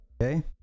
okay